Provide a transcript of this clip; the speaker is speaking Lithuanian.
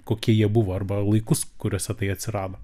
kokie jie buvo arba laikus kuriuose tai atsirado